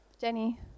Jenny